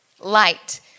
Light